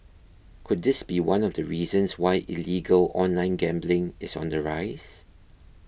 could this be one of the reasons why illegal online gambling is on the rise